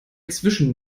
zwischen